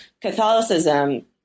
Catholicism